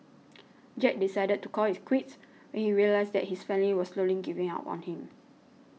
Jack decided to call it quits when he realised that his family was slowly giving up on him